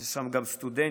יש שם גם סטודנטים,